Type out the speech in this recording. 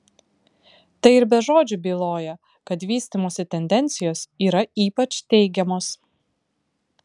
tai ir be žodžių byloja kad vystymosi tendencijos yra ypač teigiamos